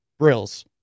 Brills